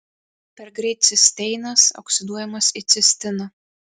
per greit cisteinas oksiduojamas į cistiną